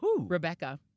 Rebecca